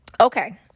Okay